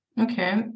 Okay